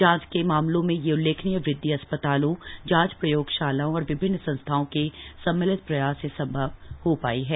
जांच के मामलों में यह उल्लेखनीय वृदधि अस्पतालों जांच प्रयोगशालाओं और विभिन्न संस्थाओं के सम्मिलित प्रयास से संभव हो पाई है